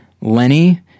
Lenny